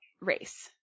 race